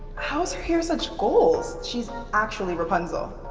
how is her hair such goals? she's actually rapunzel.